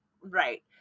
right